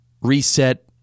reset